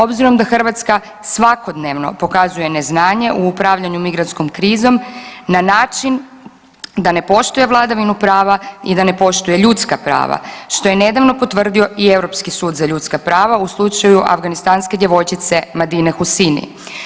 Obzirom da Hrvatska svakodnevno pokazuje neznanje u upravljanju migrantskom krizom na način da ne poštuje vladavinu prava i da ne poštuje ljudske prava što je nedavno potvrdio i Europski sud za ljudska prava u slučaju afganistanske djevojčice Madine Hussini.